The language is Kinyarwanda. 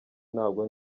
ntabwo